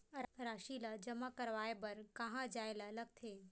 राशि ला जमा करवाय बर कहां जाए ला लगथे